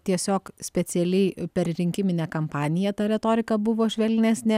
tiesiog specialiai per rinkiminę kampaniją ta retorika buvo švelnesnė